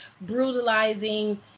brutalizing